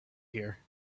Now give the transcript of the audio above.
here